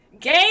Game